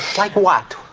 like what?